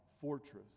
fortress